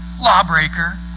lawbreaker